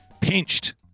Pinched